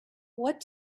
what